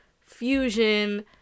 Fusion